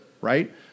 right